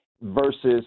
Versus